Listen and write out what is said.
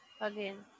again